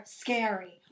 scary